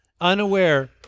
unaware